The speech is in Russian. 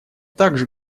также